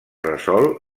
resol